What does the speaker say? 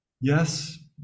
yes